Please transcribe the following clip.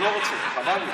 חבל לי.